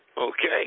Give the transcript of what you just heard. Okay